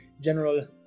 General